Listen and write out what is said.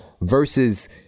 versus